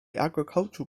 agricultural